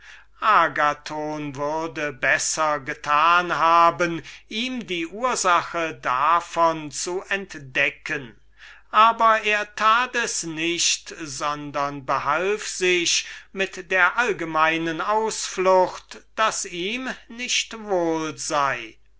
würde besser getan haben ihm die ursache davon zu entdecken aber er tat es nicht und behalf sich mit der allgemeinen ausflucht daß ihm nicht wohl sei